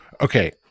Okay